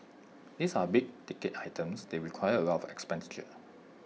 these are big ticket items they require A lot of expenditure